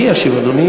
מי ישיב, אדוני?